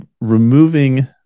removing